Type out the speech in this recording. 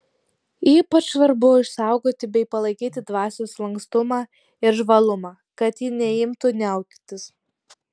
ypač svarbu išsaugoti bei palaikyti dvasios lankstumą ir žvalumą kad ji neimtų niauktis